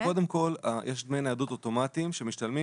קודם כל יש דמי ניידות אוטומטיים שמשתלמים